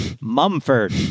Mumford